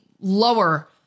lower